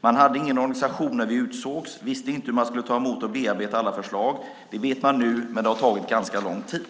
Man hade ingen organisation när vi utsågs och visste inte hur man skulle ta emot och bearbeta alla förslag. Det vet man nu. Men det har tagit ganska lång tid.